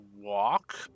walk